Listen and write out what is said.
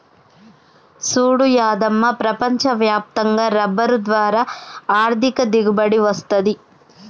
సూడు యాదమ్మ ప్రపంచ వ్యాప్తంగా రబ్బరు ద్వారా ఆర్ధిక దిగుబడి వస్తది